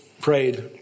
prayed